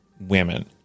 women